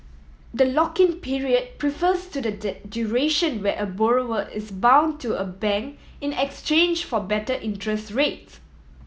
the lock in period prefers to the duration where a borrower is bound to a bank in exchange for better interest rates